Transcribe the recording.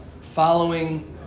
following